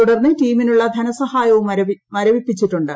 തുടർന്ന് ടീമിനുള്ള ധനസഹായവും മരവിപ്പിച്ചിട്ടുണ്ട്